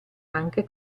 anche